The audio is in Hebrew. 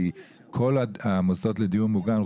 כי כל המוסדות לדיור מוגן,